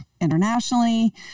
internationally